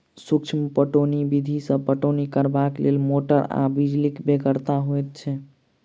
सूक्ष्म पटौनी विधि सॅ पटौनी करबाक लेल मोटर आ बिजलीक बेगरता होइत छै